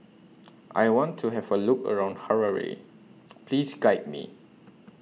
I want to Have A Look around Harare Please Guide Me